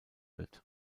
wird